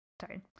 Sorry